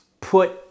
put